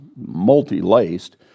multi-laced